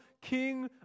king